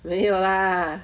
没有啦